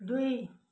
दुई